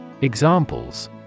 Examples